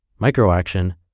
Microaction